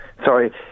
Sorry